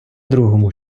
другому